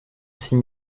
six